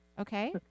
Okay